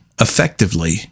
effectively